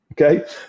Okay